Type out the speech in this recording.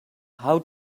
how